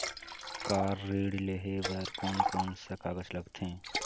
Car ऋण लेहे बार कोन कोन सा कागज़ लगथे?